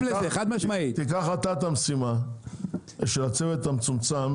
תיקח אתה את המשימה של הצוות המצומצם